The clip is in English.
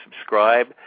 subscribe